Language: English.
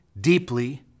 deeply